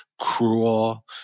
cruel